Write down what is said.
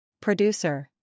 Producer